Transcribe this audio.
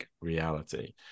reality